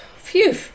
Phew